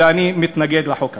ואני מתנגד לחוק הזה.